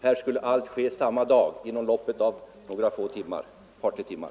Här skulle allting ske samma dag inom loppet av ett par tre timmar.